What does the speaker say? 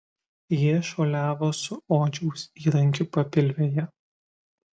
jie šuoliavo su odžiaus įrankiu papilvėje